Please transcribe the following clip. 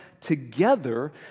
together